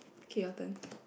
okay your turn